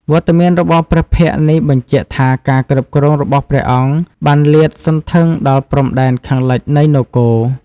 វត្តមានរបស់ព្រះភ័ក្ត្រនេះបញ្ជាក់ថាការគ្រប់គ្រងរបស់ព្រះអង្គបានលាតសន្ធឹងដល់ព្រំដែនខាងលិចនៃនគរ។